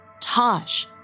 Taj